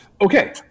Okay